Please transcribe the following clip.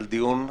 על דיון מרתק.